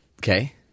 okay